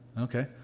Okay